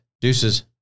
Deuces